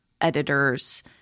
editors